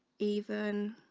even